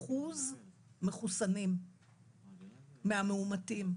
ל-80% מחוסנים מהמאומתים.